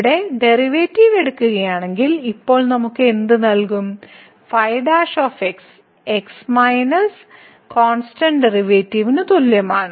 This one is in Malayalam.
ഇവിടെ ഡെറിവേറ്റീവ് എടുക്കുകയാണെങ്കിൽ ഇപ്പോൾ നമുക്ക് എന്ത് നൽകും ' x മൈനസിന്റെ കോൺസ്റ്റന്റ് ഡെറിവേറ്റീവിന് തുല്യമാണ്